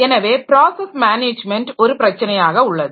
எனவே process management ஒரு பிரச்சனையாக உள்ளது